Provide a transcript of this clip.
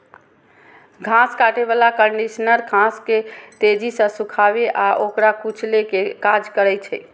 घास काटै बला कंडीशनर घास के तेजी सं सुखाबै आ ओकरा कुचलै के काज करै छै